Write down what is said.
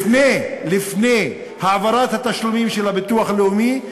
לפני העברת התשלומים של הביטוח הלאומי,